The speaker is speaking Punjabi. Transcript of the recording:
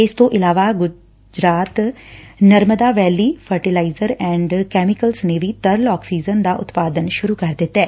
ਇਸ ਤੋ' ਇਲਾਵਾ 'Gujarat Narmada valley fertiliser and chemicals ਨੇ ਵੀ ਤਰਲ ਆਕਸੀਜਨ ਦਾ ਉਤਪਾਦਨ ਸ਼ਰਰ ਕਰ ਦਿੱਤੈ